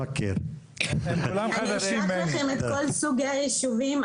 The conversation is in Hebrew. אני אשלח לכם את כל סוגי היישובים,